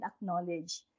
acknowledge